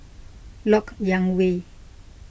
Lok Yang Way